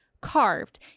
carved